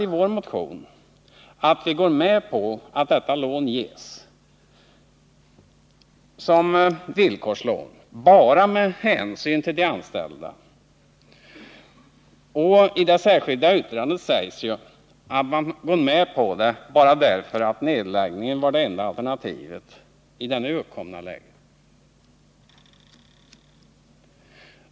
Vi har i vår motion sagt att vi går med på att detta lån ges som villkorslån bara av hänsyn till de anställda. Och i det särskilda yttrandet sägs att man gått med på detta bara därför att nedläggning var det enda alternativet i det nu uppkomna läget.